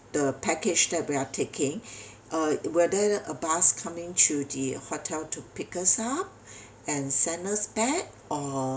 the package that we are taking uh will there a bus coming to the hotel to pick us up and send us back or